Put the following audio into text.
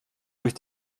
durch